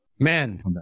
Man